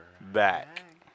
back